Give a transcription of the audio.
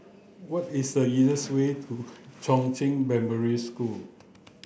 what is the easiest way to Chongzheng Primary School